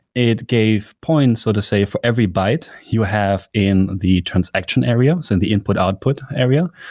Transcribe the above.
it gave points so to say for every byte you have in the transaction area, so the input-output area,